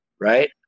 right